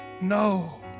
no